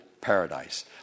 paradise